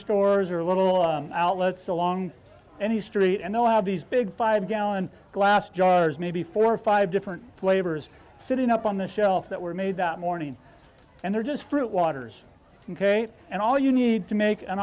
stores are a little outlets along any street and know how these big five gallon glass jars maybe four or five different flavors sitting up on the shelf that were made that morning and they're just fruit water's ok and all you need to make a